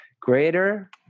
greater